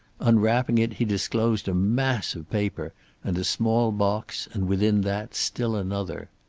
unwrapping it he disclosed a mass of paper and a small box, and within that still another.